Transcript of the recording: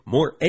More